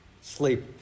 sleep